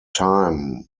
time